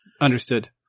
understood